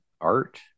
art